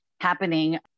happening